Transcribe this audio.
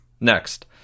Next